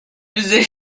musée